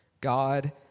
God